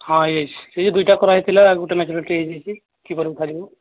ହଁ ହୋଇଯାଇଛି ସେ ଦୁଇଟା କରା ହୋଇଥିଲା ଗୋଟେ ମେଚ୍ୟୁରିଟି ହୋଇଯାଇଛି କିପରି ଉଠାଯିବ